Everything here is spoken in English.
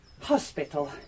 Hospital